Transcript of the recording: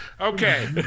Okay